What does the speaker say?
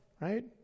right